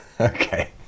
Okay